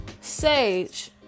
Sage